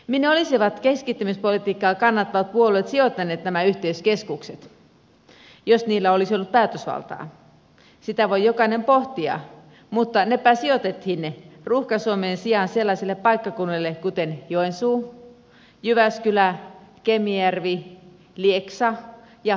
minne olisivat keskittymispolitiikkaa kannattavat puolueet sijoittaneet nämä yhteyskeskukset jos niillä olisi ollut päätösvaltaa sitä voi jokainen pohtia mutta nepä sijoitettiin ruuhka suomen sijaan sellaisille paikkakunnille kuten joensuu jyväskylä kemijärvi lieksa ja pietarsaari